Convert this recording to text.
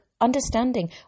understanding